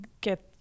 get